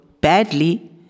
badly